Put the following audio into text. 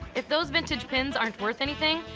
if those vintage pins aren't worth anything,